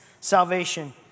salvation